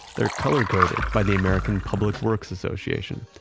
they're color-coded by the american public works association.